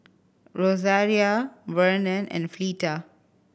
Rosaria Vernon and Fleeta